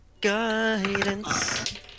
Guidance